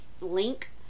link